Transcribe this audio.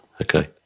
Okay